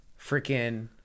freaking